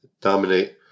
dominate